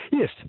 Yes